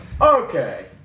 Okay